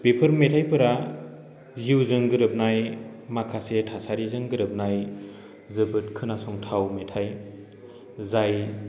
बेफोर मेथायफोरा जिउजों गोरोबनाय माखासे थासारिफोरजों गोरोबनाय जोबोद खोनासंथाव मेथाय जाय